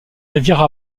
rivière